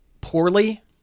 poorly